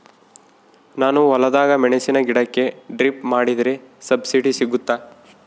ನಾನು ಹೊಲದಾಗ ಮೆಣಸಿನ ಗಿಡಕ್ಕೆ ಡ್ರಿಪ್ ಮಾಡಿದ್ರೆ ಸಬ್ಸಿಡಿ ಸಿಗುತ್ತಾ?